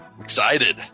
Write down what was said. excited